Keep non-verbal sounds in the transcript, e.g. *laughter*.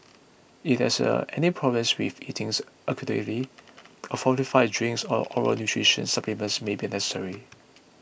if there is *hesitation* any problem with eating *unintelligible* adequately a fortified drinks or oral nutritions supplement may be necessary